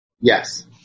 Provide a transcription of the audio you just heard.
Yes